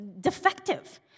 defective